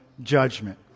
judgment